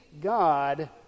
God